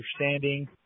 understanding